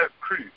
crew